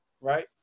right